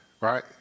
right